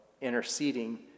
interceding